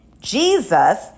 Jesus